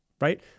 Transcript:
right